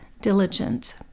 diligent